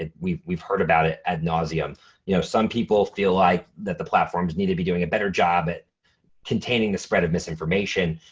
ah we've we've heard about it ad nauseum you know some people feel like that the platforms need to be doing a better job at containing the spread of misinformation.